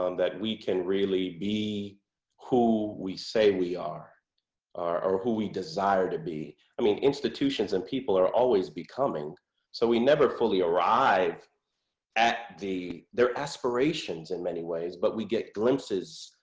um that we can really be who we say we are or who we desire to be. i mean institutions and people are always becoming so we never fully arrived at their aspirations in many ways, but we get glimpses,